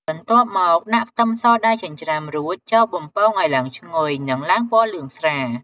បន្ទាប់មកដាក់ខ្ទឹមសដែលចិញ្រ្ចាំរួច ចូលបំពងឲ្យឡើងឈ្ងុយ និងឡើងពណ៌លឿងស្រាល។